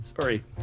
sorry